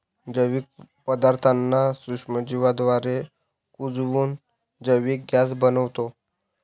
जैविक पदार्थांना सूक्ष्मजीवांद्वारे कुजवून जैविक गॅस बनतो